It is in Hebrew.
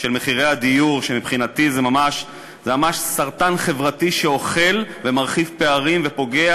אני אתחיל דווקא בצדדים הטובים שאני רואה בפעילות האוצר,